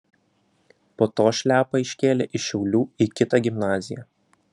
po to šliapą iškėlė iš šiaulių į kitą gimnaziją